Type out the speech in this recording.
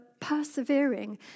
persevering